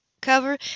cover